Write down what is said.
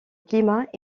climat